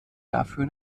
dafür